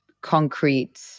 concrete